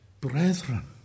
brethren